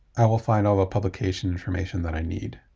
i will find all ah publication information that i need.